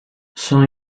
son